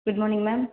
good morning ma'am